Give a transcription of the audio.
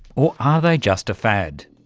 or are they just a fad?